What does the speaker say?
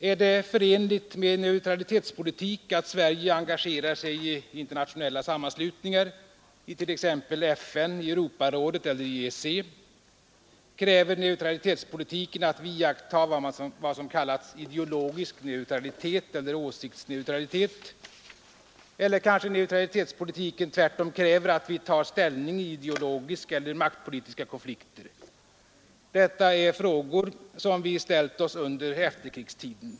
Är det förenligt med neutralitetspolitik att Sverige engagerar sig i internationella sammanslutningar, i t.ex. FN, Europarådet eller EEC? Kräver neutralitetspolitiken att vi iakttar vad som kallats ideologisk neutralitet eller åsiktsneutralitet? Eller kanske neutralitetspolitiken tvärtom kräver att vi tar ställning i ideologiska eller maktpolitiska konflikter? Detta är frågor som vi ställt oss under efterkrigstiden.